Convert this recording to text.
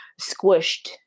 squished